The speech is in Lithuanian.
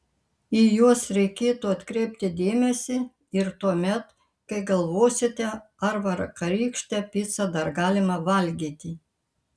į juos reikėtų atkreipti dėmesį ir tuomet kai galvosite ar vakarykštę picą dar galima valgyti